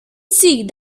see